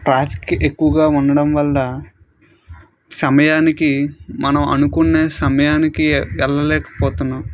traffic ఎక్కువగా ఉండటం వల్ల సమయానికి మనం అనుకున్న సమయానికి వెళ్ళలేకపోతున్నాం